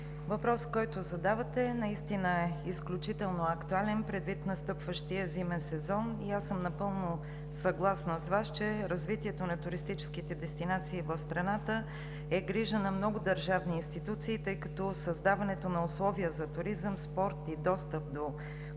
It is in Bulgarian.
въпросът, който задавате, е изключително актуален предвид настъпващия зимен сезон. Аз съм съгласна с Вас, че развитието на туристическите дестинации в страната е грижа на много държавни институции, тъй като създаването на условия за туризъм, спорт и достъп до културно